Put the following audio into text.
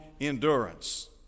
Endurance